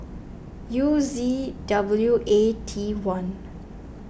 U Z W A T one